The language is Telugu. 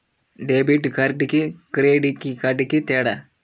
డెబిట్ కార్డుకి క్రెడిట్ కార్డుకి తేడా?